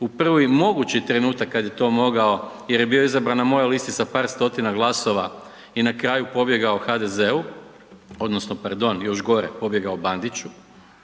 u prvi mogući trenutak kad je to mogao jer je bio izabran na mojoj listi sa par stotina glasova i na kraju pobjegao HDZ-u odnosno pardon, još gore, pobjegao Bandiću.